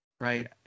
right